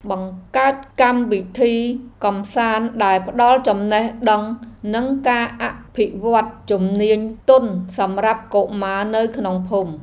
បង្កើតកម្មវិធីកម្សាន្តដែលផ្តល់ចំណេះដឹងនិងការអភិវឌ្ឍជំនាញទន់សម្រាប់កុមារនៅក្នុងភូមិ។